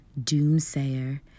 doomsayer